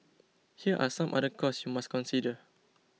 here are some other costs you must consider